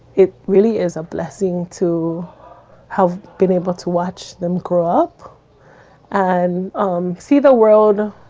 it really is a blessing to have been able to watch them grow up and um see the world